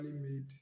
made